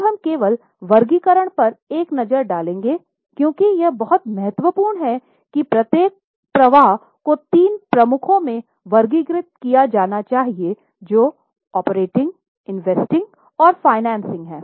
अब हम केवल वर्गीकरण पर एक नज़र डालेंगे क्योंकि यह बहुत महत्वपूर्ण है कि प्रत्येक प्रवाह को तीन प्रमुखों में वर्गीकृत किया जाना चाहिए जो ऑपरेटिंग हैं